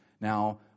now